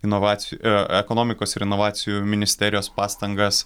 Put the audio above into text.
inovacij a ekonomikos ir inovacijų ministerijos pastangas